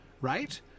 right